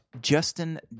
Justin